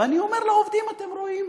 ואני אומר לעובדים: אתם רואים,